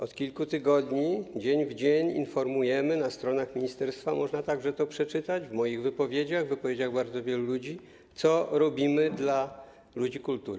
Od kilku tygodni dzień w dzień informujemy - na stronach ministerstwa można także to przeczytać, w moich wypowiedziach, w wypowiedziach bardzo wielu ludzi - co robimy dla ludzi kultury.